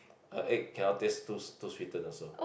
a egg cannot taste too too sweeten also